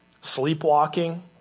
sleepwalking